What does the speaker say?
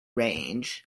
range